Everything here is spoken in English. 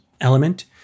element